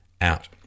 out